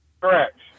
Correct